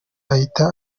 ahita